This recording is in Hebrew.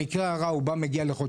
במקרה הרע הוא בא לחודשיים-שלושה,